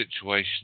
situation